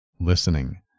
listening